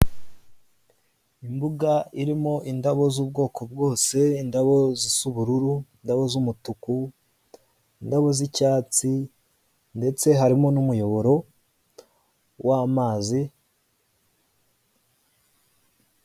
Imbuga irimo indabo z'ubwoko bwose, indazo zisa ubururu, indabo z'umutuku, indabo z'icyatsi ndetse harimo n'umuyoboro w'amazi.